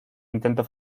intento